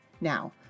Now